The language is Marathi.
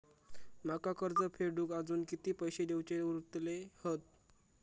माका कर्ज फेडूक आजुन किती पैशे देऊचे उरले हत?